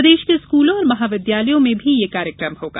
प्रदेश के स्कूलों और महाविद्यालयों में भी यह कार्यक्रम होगा